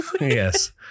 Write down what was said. yes